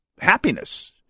happiness